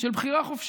של בחירה חופשית.